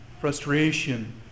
frustration